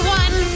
one